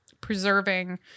preserving